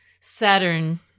Saturn